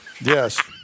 Yes